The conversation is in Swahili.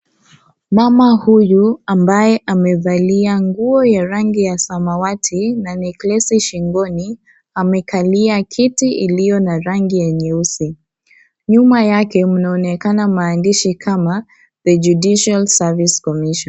Mama huyu ambaye amevalia nguo ya rangi ya samawati na necklace shingoni, amekalia kiti iliyo na rangi ya nyeusi, nyuma yake mnaonekana maandishi kama the judicial service commission .